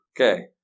Okay